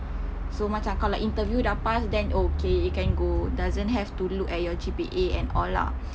so macam kalau interview sudah pass then okay you can go doesn't have to look at your G_P_A and all lah